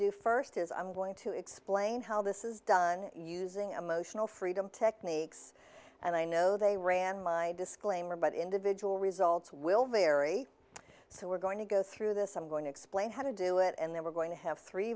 do first is i'm going to explain how this is done using emotional freedom techniques and i know they ran my disclaimer but individual results will vary so we're going to go through this i'm going to explain how to do it and then we're going to have three